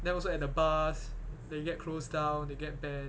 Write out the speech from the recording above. then also at the bars they get closed down then get banned